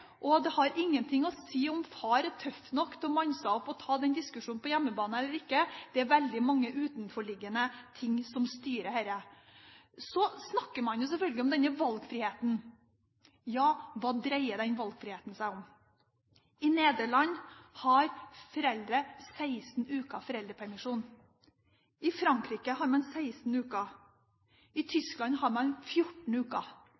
Det har ingenting å si om far er tøff nok til å manne seg opp og ta den diskusjonen på hjemmebane eller ikke. Det er veldig mange utenforliggende ting som styrer dette. Så snakker man selvfølgelig om denne valgfriheten. Ja, hva dreier den valgfriheten seg om? I Nederland har foreldre 16 uker foreldrepermisjon, i Frankrike har man 16 uker, og i Tyskland har man 14 uker.